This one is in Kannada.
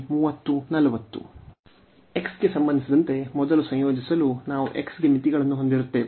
x ಗೆ ಸಂಬಂಧಿಸಿದಂತೆ ಮೊದಲು ಸಂಯೋಜಿಸಲು ನಾವು x ಗೆ ಮಿತಿಗಳನ್ನು ಹೊಂದಿರುತ್ತೇವೆ